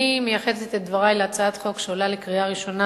אני מייחדת את דברי להצעת חוק שעולה לקריאה ראשונה